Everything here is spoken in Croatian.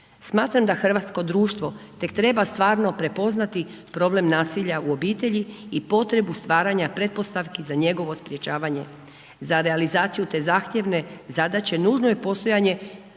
Smatram da hrvatsko društvo tek treba stvarno prepoznati problem nasilja u obitelji i potrebu stvaranja pretpostavki za njegovo sprječavanje, za realizaciju te zahtjevne zadaće nužno je postojanje,